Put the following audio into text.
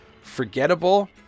forgettable